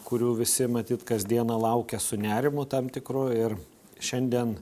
kurių visi matyt kasdieną laukia su nerimu tam tikru ir šiandien